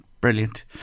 Brilliant